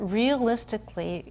realistically